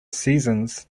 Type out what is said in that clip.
seasons